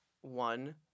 one